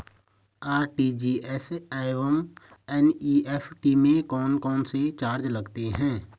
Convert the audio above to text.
RTGS एवं NEFT में कौन कौनसे चार्ज लगते हैं?